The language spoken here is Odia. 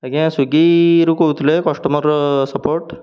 ଆଜ୍ଞା ସ୍ଵିଗିରୁ କହୁଥିଲେ କଷ୍ଟମର୍ ସପୋର୍ଟ